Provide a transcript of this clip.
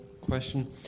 question